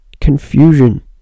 confusion